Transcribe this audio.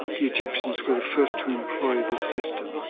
the egyptians were the first to employ this system.